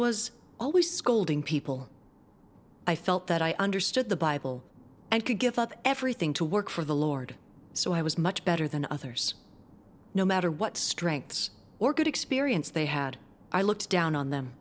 was always scolding people i felt that i understood the bible and could give up everything to work for the lord so i was much better than others no matter what strengths or good experience they had i looked down on them